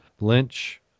Lynch